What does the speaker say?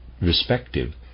respective